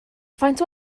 faint